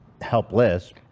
helpless